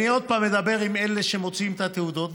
אני שוב אדבר עם אלה שמוציאים את התעודות,